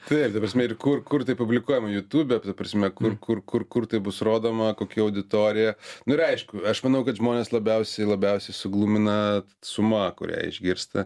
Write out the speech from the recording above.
taip ta prasme ir kur kur tai publikuojama jutūbe ta prasme kur kur kur kur tai bus rodoma kokia auditorija nu ir aišku aš manau kad žmones labiausiai labiausiai suglumina suma kurią išgirsta